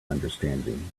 understanding